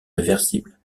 réversible